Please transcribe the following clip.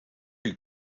who